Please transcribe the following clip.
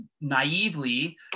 naively